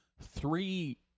three